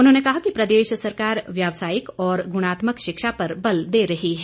उन्होंने कहा कि प्रदेश सरकार व्यावसायिक और गुणात्मक शिक्षा पर बल दे रही है